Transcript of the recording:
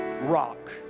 rock